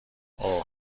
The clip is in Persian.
اوه